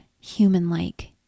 human-like